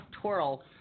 twirl